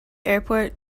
airport